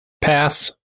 pass